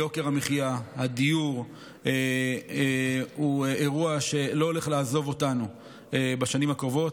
יוקר המחיה והדיור הוא אירוע שלא הולך לעזוב אותנו בשנים הקרובות.